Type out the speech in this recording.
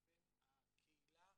יותר אגרסיבית,